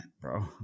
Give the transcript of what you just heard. bro